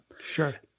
Sure